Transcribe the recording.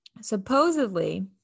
supposedly